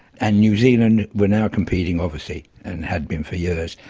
and new zealand were now competing, obviously, and had been for years,